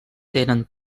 tenen